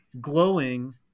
glowing